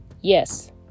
Yes